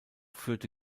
führte